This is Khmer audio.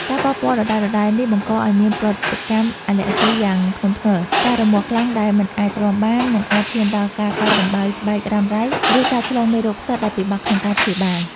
ការប៉ះពាល់ដដែលៗនេះបង្កឱ្យមានប្រតិកម្មអាឡែស៊ីយ៉ាងធ្ងន់ធ្ងរ ការរមាស់ខ្លាំងដែលមិនអាចទ្រាំបាន និងអាចឈានដល់ការកើតដំបៅស្បែករ៉ាំរ៉ៃ ឬការឆ្លងមេរោគផ្សិតដែលពិបាកក្នុងការព្យាបាល។